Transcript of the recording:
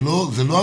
זה לא אמיתי.